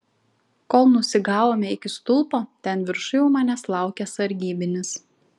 kol nusigavome iki stulpo ten viršuj jau manęs laukė sargybinis